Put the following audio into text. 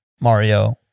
Mario